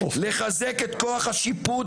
לחזק את כוח השיפוט